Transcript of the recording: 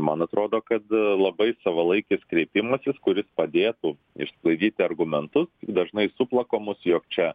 man atrodo kad labai savalaikis kreipimasis kuris padėtų išsklaidyti argumentus dažnai suplakamus jog čia